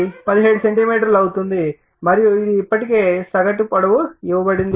5 17 centimetre ఉంటుంది మరియు ఇది ఇప్పటికే సగటు పొడవు ఇవ్వబడింది